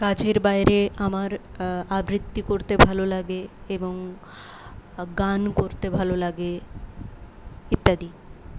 কাজের বাইরে আমার আবৃত্তি করতে ভালো লাগে এবং গান করতে ভালো লাগে ইত্যাদি